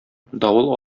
давыл